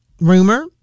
Rumor